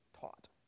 taught